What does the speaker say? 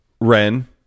Ren